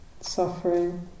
suffering